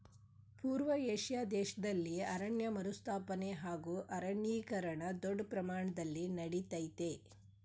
ಪೂರ್ವ ಏಷ್ಯಾ ದೇಶ್ದಲ್ಲಿ ಅರಣ್ಯ ಮರುಸ್ಥಾಪನೆ ಹಾಗೂ ಅರಣ್ಯೀಕರಣ ದೊಡ್ ಪ್ರಮಾಣ್ದಲ್ಲಿ ನಡಿತಯ್ತೆ